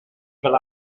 fel